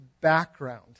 background